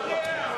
אדוני היושב-ראש,